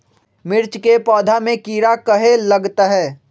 मिर्च के पौधा में किरा कहे लगतहै?